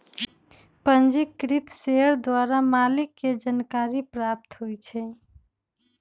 पंजीकृत शेयर द्वारा मालिक के जानकारी प्राप्त होइ छइ